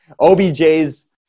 OBJ's